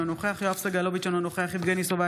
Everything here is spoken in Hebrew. אינו נוכח יואב סגלוביץ' אינו נוכח יבגני סובה,